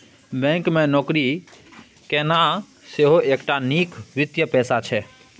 bank मे नौकरी केनाइ सेहो एकटा नीक वित्तीय पेशा छै